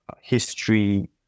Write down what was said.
history